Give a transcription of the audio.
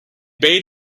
beit